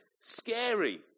scary